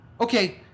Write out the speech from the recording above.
Okay